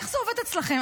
איך זה עובד אצלכם?